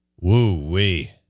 woo-wee